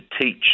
teach